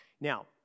Now